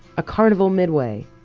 a carnival midway,